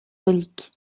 reliques